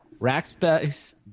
Rackspace